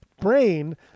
brain